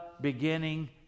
beginning